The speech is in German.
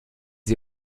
sie